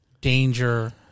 danger